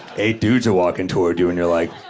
eight dudes are walking toward you, and you're like,